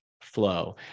flow